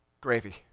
Gravy